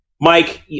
Mike